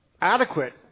adequate